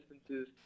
instances